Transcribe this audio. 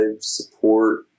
support